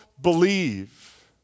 believe